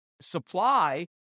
supply